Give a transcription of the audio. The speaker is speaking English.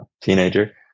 teenager